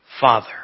Father